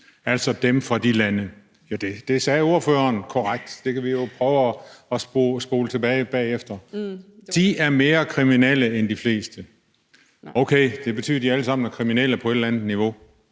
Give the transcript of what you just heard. end de fleste. Det sagde ordføreren. Vi kan jo prøve at spole tilbage bagefter. De er mere kriminelle end de fleste. Okay, det betyder, at de alle sammen er kriminelle på et eller andet niveau.